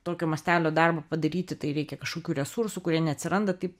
tokio mastelio darbą padaryti tai reikia kažkokių resursų kurie neatsiranda taip